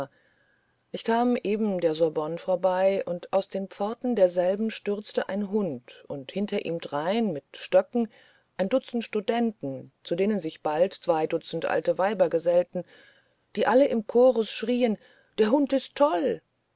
ich kam eben der sorbonne vorbei und aus den pforten derselben stürzte ein hund und hinter ihm drein mit stöcken ein dutzend studenten zu denen sich bald zwei dutzend alte weiber gesellen die alle im chorus schreien der hund ist toll